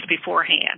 beforehand